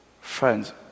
Friends